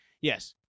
yes